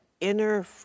inner